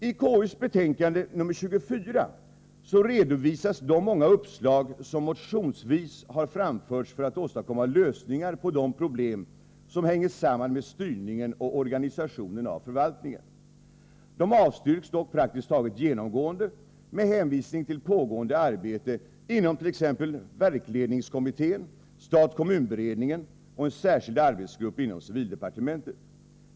I KU:s betänkande 24 redovisas de många uppslag som motionsvis framförts för att åstadkomma lösningar på de problem som hänger samman med styrningen och organisationen av förvaltningen. De avstyrks dock praktiskt taget genomgående med hänvisning till pågående arbete inom t.ex. verksledningskommittén, stat-kommun-beredningen och en särskild arbetsgrupp inom civildepartementet.